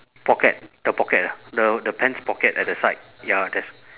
pocket the pocket ah the the pants pocket at the side ya there's